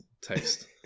taste